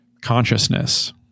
consciousness